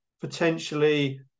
potentially